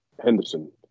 Henderson